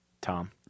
Tom